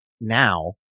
now